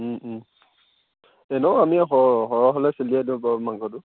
এনংও আমি স সৰহ হ'লে চলিয়াই দিও বাৰু মাংসটো